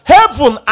Heaven